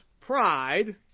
pride